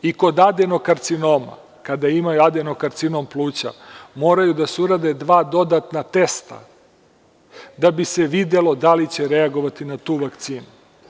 Kod adenokarcinoma, kada imaju adenokarcinom pluća, moraju da se urade dva dodatna testa da bi se videlo da li će reagovatina tu vakcinu.